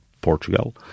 Portugal